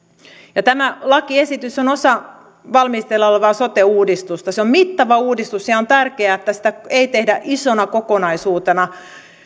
tämä lakiesitys on osa valmisteilla olevaa sote uudistusta se on mittava uudistus ja ja on tärkeää että sitä ei tehdä isona kokonaisuutena